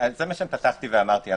זה מה שפתחתי ואמרתי.